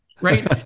Right